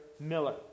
Miller